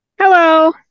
Hello